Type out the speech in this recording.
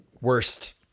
worst